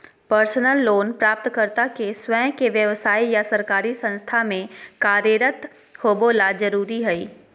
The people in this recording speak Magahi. पर्सनल लोन प्राप्तकर्ता के स्वयं के व्यव्साय या सरकारी संस्था में कार्यरत होबे ला जरुरी हइ